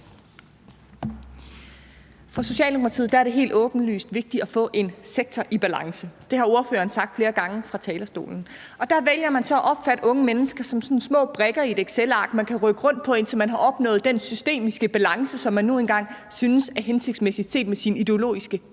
For Socialdemokratiet er det helt åbenlyst vigtigt at få en sektor i balance. Det har ordføreren sagt flere gange fra talerstolen. Og der vælger man så at opfatte unge mennesker sådan som små brikker eller tal i et excelark, man kan rykke rundt på, indtil man har opnået den systemiske balance, som man nu engang synes er hensigtsmæssig set med sine ideologiske